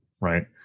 right